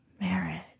marriage